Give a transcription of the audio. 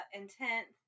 intent